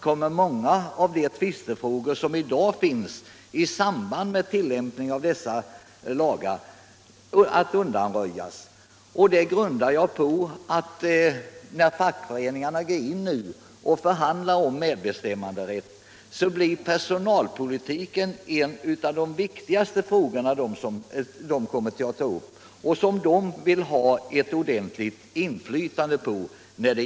Det grundar jag på att personalpolitiken kommer att bli en av de viktigaste frågorna för fackföreningarna att förhandla om medbestämmanderätt i. Det är framför allt i den frågan som personalen vill ha inflytande.